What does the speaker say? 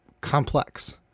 complex